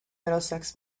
middlesex